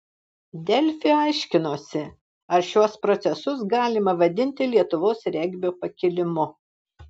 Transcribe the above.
delfi aiškinosi ar šiuos procesus galima vadinti lietuvos regbio pakilimu